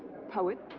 poet,